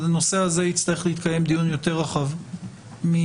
על הנושא הזה יצטרך להתקיים דיון יותר רחב מהדיון